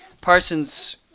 Parsons